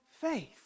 faith